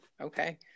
Okay